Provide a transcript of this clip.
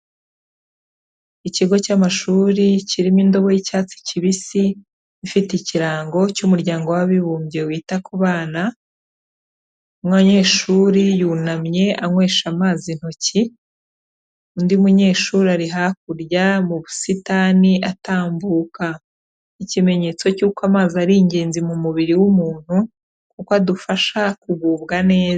Ikigo cy'amashuri kirimo indobo y'icyatsi kibisi, ifite ikirango cy'umuryango w'abibumbye wita ku bana. Umunyeshuri yunamye anywesha amazi intoki, undi munyeshuri ari hakurya mu busitani atambuka. Ikimenyetso cy'uko amazi ari ingenzi mu mubiri w'umuntu, kuko adufasha kugubwa neza.